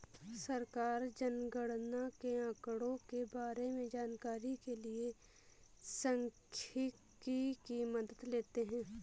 सरकार जनगणना के आंकड़ों के बारें में जानकारी के लिए सांख्यिकी की मदद लेते है